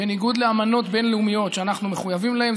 בניגוד לאמנות בין-לאומיות שאנחנו מחויבים להן.